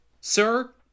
sir